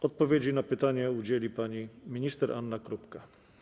Odpowiedzi na pytania udzieli pani minister Anna Krupka.